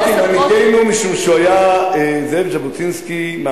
אמרתי "מנהיגנו" משום שזאב ז'בוטינסקי היה